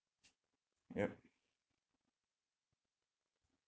yup